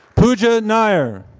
puja nair.